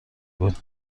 بود